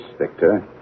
Victor